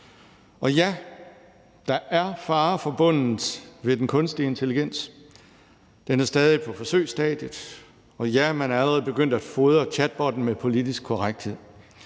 Og ja, der er fare forbundet med den kunstige intelligens, den er stadig på forsøgsstadiet, og ja, man er allerede begyndt at fodre chatbotten med politisk korrekthed.